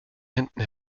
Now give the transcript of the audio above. händen